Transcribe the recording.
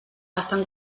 estan